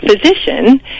physician